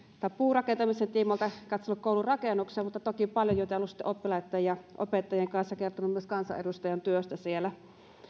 olen puurakentamisen tiimoilta katsonut koulurakennuksia mutta toki paljon jutellut oppilaitten ja opettajien kanssa ja kertonut siellä myös kansanedustajan työstä